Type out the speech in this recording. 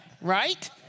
right